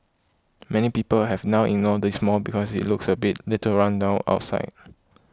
many people have now ignored this mall because it looks a little run down outside